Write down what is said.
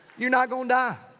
you're not gonna die.